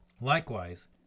Likewise